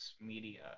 Media